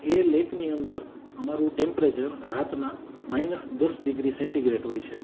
એ લેકની અંદર અમારું ટેમ્પરેચર રાતના માઈનસ દસ ડિગ્રી સેન્ટિગ્રેટ હોય છે